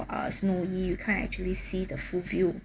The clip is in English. uh snowy you can't actually see the full view